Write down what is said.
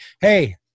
Hey